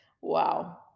Wow